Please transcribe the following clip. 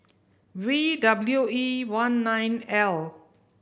V W E one nine L